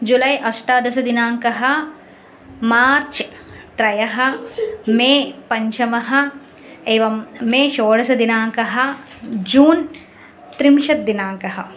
जुलै अष्टादशदिनाङ्कः मार्च् त्रयः मे पञ्चमः एवं मे षोडशदिनाङ्कः जून् त्रिंशद्दिनाङ्कः